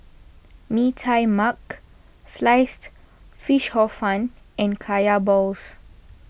Mee Tai Mak Sliced Fish Hor Fun and Kaya Balls